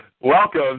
Welcome